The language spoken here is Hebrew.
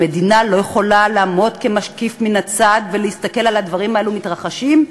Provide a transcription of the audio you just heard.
המדינה לא יכולה לעמוד כמשקיף מן הצד ולהסתכל על הדברים האלה מתרחשים,